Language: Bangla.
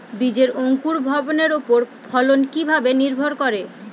বীজের অঙ্কুর ভবনের ওপর ফলন কিভাবে নির্ভর করে?